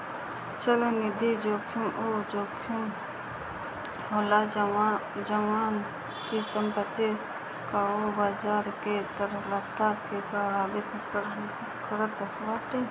चलनिधि जोखिम उ जोखिम होला जवन की संपत्ति कअ बाजार के तरलता के प्रभावित करत बाटे